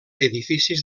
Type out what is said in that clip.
edificis